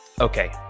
Okay